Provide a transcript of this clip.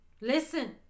listen